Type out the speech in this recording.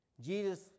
Jesus